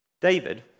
David